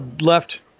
left